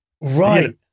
right